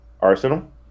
Arsenal